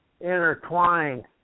intertwined